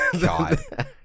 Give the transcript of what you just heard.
God